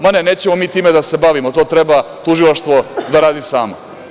Ma, ne, nećemo mi time da se bavimo, to treba tužilaštvo da radi samo.